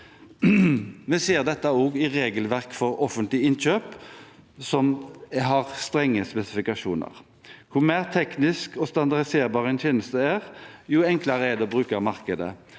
Vi ser dette også i regelverket for offentlige innkjøp, som har strenge spesifikasjoner. Jo mer teknisk og standardiserbar en tjeneste er, jo enklere er det å bruke markedet.